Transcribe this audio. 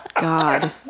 God